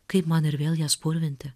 kaip man ir vėl jas purvinti